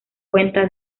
cuenta